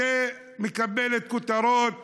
שמקבלת כותרות